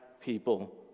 people